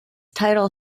title